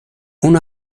اون